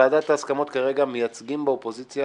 ועדת ההסכמות - כרגע מייצגים באופוזיציה